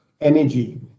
energy